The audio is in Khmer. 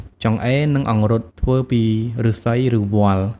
ចង្អេរ និងអង្រុត ធ្វើពីឫស្សីឬវល្លិ។